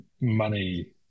money